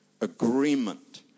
Agreement